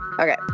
Okay